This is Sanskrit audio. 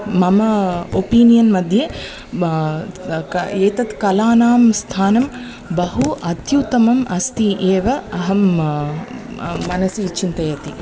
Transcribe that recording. मम ओपिनियन्मध्ये ब् क् एतत् कलानां स्थानं बहु अत्युत्तमम् अस्ति एव अहं मनसि चिन्तयति